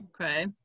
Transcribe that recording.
Okay